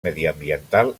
mediambiental